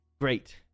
Great